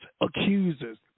accusers